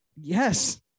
Yes